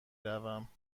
روم